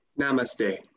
Namaste